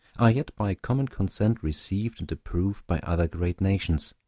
are yet by common consent received and approved by other great nations,